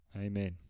Amen